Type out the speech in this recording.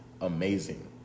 Amazing